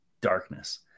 darkness